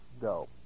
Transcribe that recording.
go